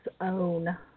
own